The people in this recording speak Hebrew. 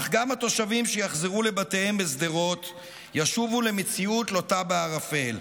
אך גם התושבים שיחזרו לבתיהם בשדרות ישובו למציאות לוטה בערפל.